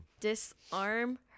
Disarm